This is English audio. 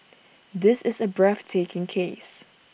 this is A breathtaking case